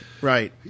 right